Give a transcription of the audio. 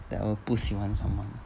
that 我不喜欢 someone